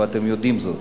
ואתם יודעים זאת.